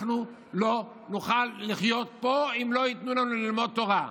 אנחנו לא נוכל לחיות פה אם לא ייתנו לנו ללמוד תורה.